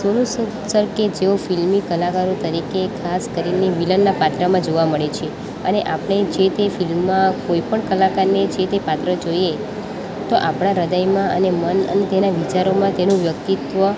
સોનુ Sood sir કે જેઓ ફિલ્મી કલાકારો તરીકે ખાસ કરીને વિલનના પાત્રમાં જોવા મળે છે અને આપણે જે તે ફિલ્મમાં કોઈપણ કલાકારને જે તે પાત્ર જોઈએ તો આપણા હૃદયમાં અને મન અન તેના વિચારોમાં તેનું વ્યક્તિત્ત્વ